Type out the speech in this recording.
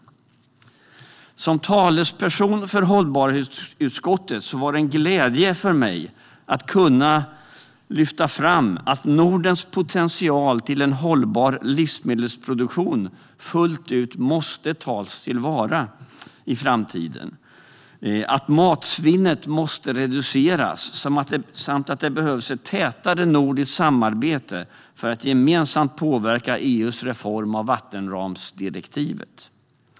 För mig som talesperson för hållbarhetsutskottet var det en glädje att kunna lyfta fram att Nordens potential till en hållbar livsmedelsproduktion fullt ut måste tas till vara i framtiden, att matsvinnet måste reduceras samt att det behövs ett tätare nordiskt samarbete för att gemensamt påverka EU:s reform av vattenramsdirektivet.